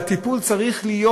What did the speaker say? והטיפול צריך להיות,